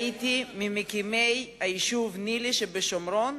הייתי ממקימי היישוב ניל"י שבשומרון,